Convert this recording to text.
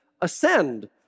ascend